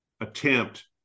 attempt